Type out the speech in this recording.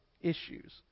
issues